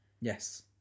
Yes